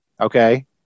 Okay